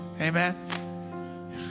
Amen